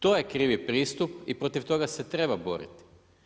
To je krivi pristup i protiv toga se trebamo boriti.